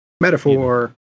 metaphor